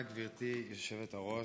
תודה, גברתי היושבת-ראש.